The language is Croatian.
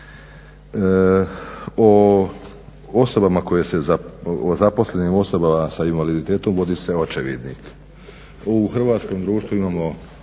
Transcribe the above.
o zaposlenim osobama sa invaliditetom vodi se očevidnik. U hrvatskom društvu imamo,